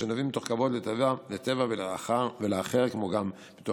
אשר נובעים מתוך כבוד לטבע ולאחר, כמו גם מתוך